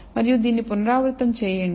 మరియు దీన్ని పునరావృతం చేయండి